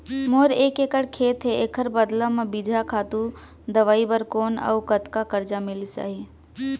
मोर एक एक्कड़ खेत हे, एखर बदला म बीजहा, खातू, दवई बर कोन अऊ कतका करजा मिलिस जाही?